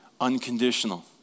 unconditional